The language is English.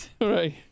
Right